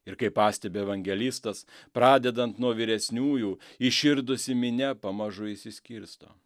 ir kaip pastebi evangelistas pradedant nuo vyresniųjų įširdusi minia pamažu išsiskirsto